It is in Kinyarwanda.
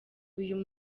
uyu